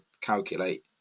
calculate